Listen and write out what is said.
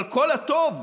אבל כל הטוב,